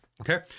Okay